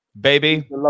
baby